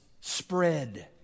spread